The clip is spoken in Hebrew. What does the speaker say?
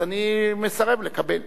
ואז אני מסרב לקבל.